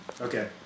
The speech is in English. Okay